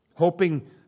hoping